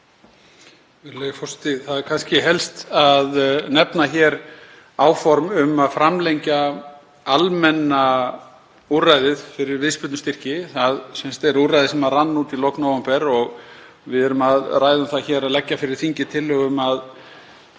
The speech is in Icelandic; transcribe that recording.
Það er kannski helst að nefna hér áform um að framlengja almenna úrræðið fyrir viðspyrnustyrki. Það er úrræði sem rann út í lok nóvember og við erum að ræða um það að leggja fyrir þingið tillögu um að